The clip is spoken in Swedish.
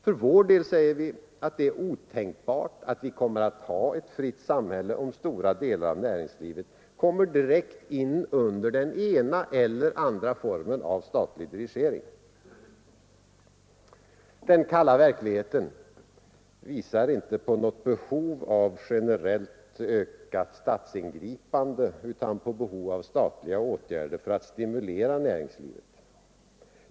För vår del säger vi att det är otänkbart att vi kommer att ha ett fritt samhälle om stora delar av näringslivet kommer direkt in under den ena eller andra formen av statlig dirigering. Den kalla verkligheten visar inte på något behov av generellt ökat statsingripande utan på behov av statliga åtgärder för att stimulera näringslivet.